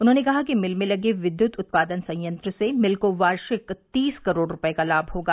उन्हॉने कहा कि मिल में लगे विद्युत उत्पादन सेयंत्र से मिल को वार्षिक तीस करोड़ रुपये का लाम होगा